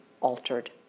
altered